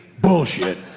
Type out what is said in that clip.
bullshit